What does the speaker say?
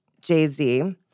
Jay-Z